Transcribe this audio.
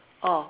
oh